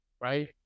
right